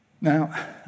Now